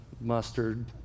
mustard